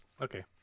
Okay